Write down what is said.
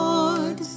Lord